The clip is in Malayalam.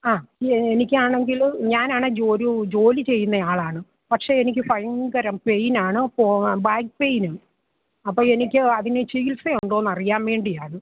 ആ എനിക്ക് ആണെങ്കിൽ ഞാൻ ആണെങ്കിൽ ഒരു ജോലി ചെയ്യുന്ന ആളാണ് പക്ഷേ എനിക്ക് ഭയങ്കരം പെയിൻ ആണ് പോവാൻ ബാക്ക് പെയിനും അപ്പോൾ എനിക്ക് അതിന് ചികിത്സയുണ്ടോ എന്ന് അറിയാൻ വേണ്ടിയാണ്